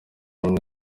umwe